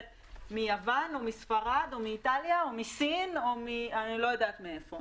מיוון או מספרד או מאיטליה או מסין או מכל מקום אחר.